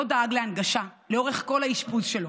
בית החולים לא דאג להנגשה לאורך כל האשפוז שלו